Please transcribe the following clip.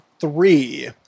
three